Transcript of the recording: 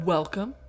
Welcome